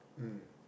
mm